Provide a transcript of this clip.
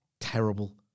terrible